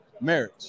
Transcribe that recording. marriage